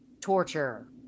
Torture